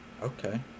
Okay